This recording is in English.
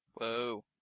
Whoa